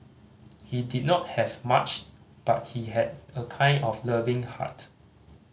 he did not have much but he had a kind and loving heart